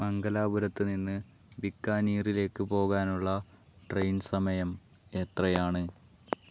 മംഗലാപുരത്ത് നിന്ന് ബിക്കാനീറിലേക്ക് പോകാനുള്ള ട്രെയിൻ സമയം എത്രയാണ്